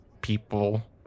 people